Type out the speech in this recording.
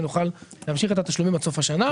ונוכל להמשיך את התשלומים עד סוף השנה.